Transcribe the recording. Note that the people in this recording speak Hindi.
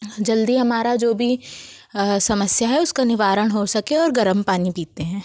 जल्दी हमारा जो भी समस्या है उसका निवारण हो सके और गर्म पानी पीते हैं